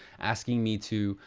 asking me to,